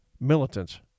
militants